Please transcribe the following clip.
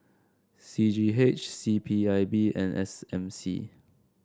C G H C P I B and S M C